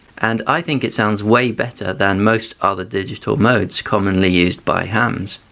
and i think it sounds way better than most other digital modes commonly used by hams.